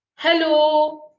Hello